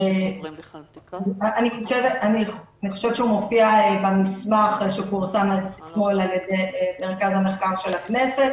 אני חושבת שהוא מופיע במסמך שפורסם אתמול על ידי מרכז המחקר של הכנסת.